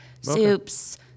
soups